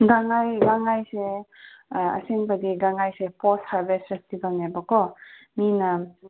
ꯒꯥꯡ ꯉꯥꯏ ꯒꯥꯡ ꯉꯥꯏꯁꯦ ꯑꯁꯦꯡꯕꯗꯤ ꯒꯥꯡ ꯉꯥꯏꯁꯦ ꯄꯣꯁ ꯍꯥꯔꯚꯦꯁ ꯐꯦꯁꯇꯤꯕꯜꯅꯦꯕꯀꯣ ꯃꯤꯅ